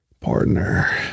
Partner